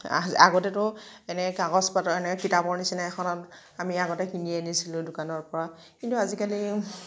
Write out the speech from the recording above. আগতেতো এনেকৈ কাগজ পাতৰ এনেকৈ কিতাপৰ নিচিনা এখনত আমি আগতে কিনি আনিছিলোঁ দোকানৰ পৰা কিন্তু আজিকালি